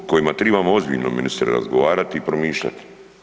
O kojima trebamo ozbiljno ministre razgovarati i promišljati.